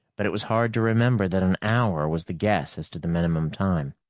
but it was hard to remember that an hour was the guess as to the minimum time.